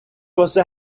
واسه